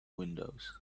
windows